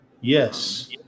Yes